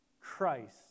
Christ